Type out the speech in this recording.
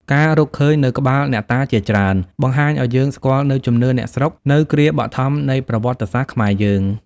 ការរកឃើញនូវក្បាលអ្នកតាជាច្រើន បង្ហាញឱ្យយើងស្គាល់នូវជំនឿអ្នកស្រុក នៅគ្រាបឋមនៃប្រវត្តិសាស្ត្រខ្មែយើង។